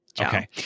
Okay